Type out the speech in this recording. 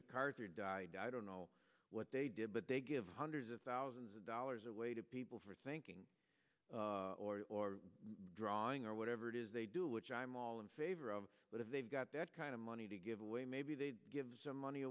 macarthur died i don't know what they did but they give hundreds of thousands of dollars away to people for thinking or drawing or whatever it is they do which i'm all in favor of but if they've got that kind of money to give away maybe they give some money